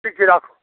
ठीक छै राखू